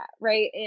right